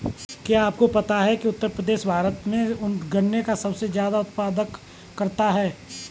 क्या आपको पता है उत्तर प्रदेश भारत में गन्ने का सबसे ज़्यादा उत्पादन करता है?